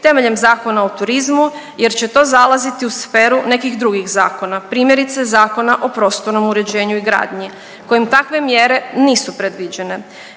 temeljem Zakona o turizmu jer će to zalaziti u sferu nekih drugih zakona, primjerice Zakona o prostornom uređenju i gradnji kojim takve mjere nisu predviđene.